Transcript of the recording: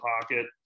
pocket